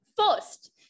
First